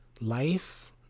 life